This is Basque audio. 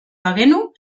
bagenu